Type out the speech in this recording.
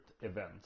event